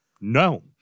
no